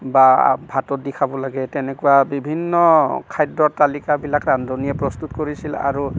বা ভাতত দি খাব লাগে তেনেকুৱা বিভিন্ন খাদ্য তালিকাবিলাক ৰান্ধনীয়ে প্ৰস্তুত কৰিছিল আৰু ঠিক